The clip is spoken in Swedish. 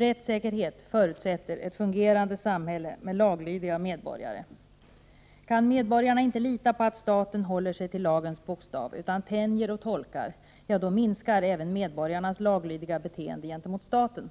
Rättssäkerhet förutsätter ett fungerande samhälle med laglydiga medborgare. Kan medborgarna inte lita på att staten håller sig till lagens bokstav utan tänjer och tolkar, då minskar även medborgarnas laglydiga beteende gentemot staten.